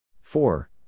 Four